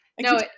No